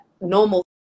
normal